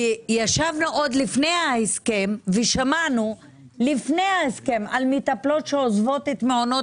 ישבנו עוד לפני ההסכם ושמענו לפני ההסכם על מטפלות שעוזבות את מעונות